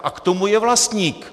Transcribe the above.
A k tomu je vlastník!